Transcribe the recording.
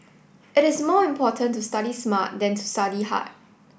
it is more important to study smart than to study hard